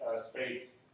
space